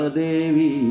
devi